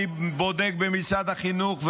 אני בודק במשרד החינוך,